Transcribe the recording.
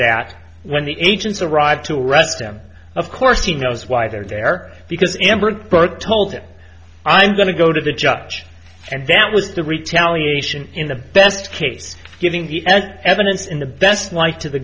that when the agents arrived to arrest him of course he knows why they're there because amber burke told it i'm going to go to the judge and that was the retaliation in the best case getting the evidence in the best like to the